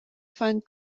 find